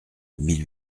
mille